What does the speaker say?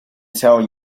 tell